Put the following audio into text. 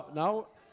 now